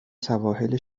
سواحل